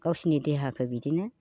गावसिनि देहाखो बिदिनो